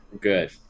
Good